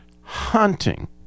hunting